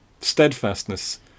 steadfastness